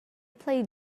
play